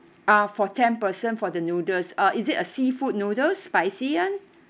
uh for ten person for the noodles uh is it a seafood noodles spicy [one]